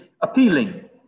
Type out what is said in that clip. appealing